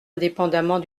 indépendement